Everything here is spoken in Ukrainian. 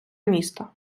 міста